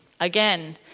again